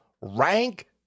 rank